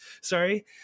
sorry